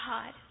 God